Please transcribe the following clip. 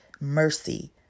mercy